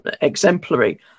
exemplary